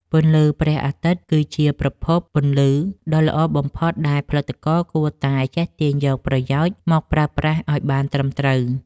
ពន្លឺព្រះអាទិត្យគឺជាប្រភពពន្លឺដ៏ល្អបំផុតដែលផលិតករគួរតែចេះទាញយកប្រយោជន៍មកប្រើប្រាស់ឱ្យបានត្រឹមត្រូវ។